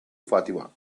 fatima